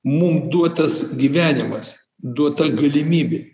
mum duotas gyvenimas duota galimybė